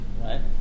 right